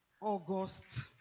August